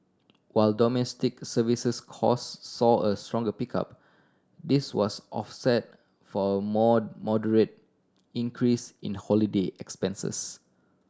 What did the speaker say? while domestic services cost saw a stronger pickup this was offset for a more moderate increase in holiday expenses